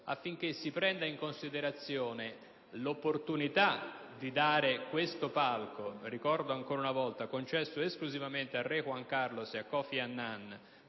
affinché si prenda in considerazione l'opportunità di dare questo palco - ricordo ancora una volta - concesso esclusivamente al re Juan Carlos e a Kofi Annan